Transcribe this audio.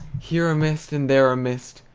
here a mist, and there a mist,